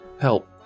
Help